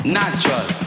natural